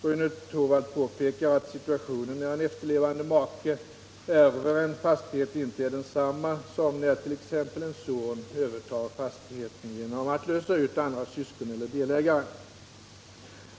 Rune Torwald påpekar att situationen när en efterlevande make ärver en fastighet inte är densamma som när t.ex. en son övertar fastigheten genom att lösa ut andra syskon eller delägare.